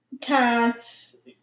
cats